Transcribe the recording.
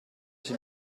c’è